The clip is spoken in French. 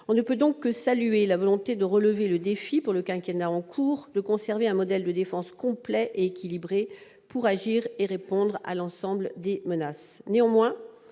On ne peut donc que saluer la volonté de relever le défi pour le quinquennat en cours de conserver un modèle de défense complet et équilibré pour agir et répondre à l'ensemble des menaces. Néanmoins,